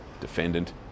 defendant